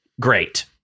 great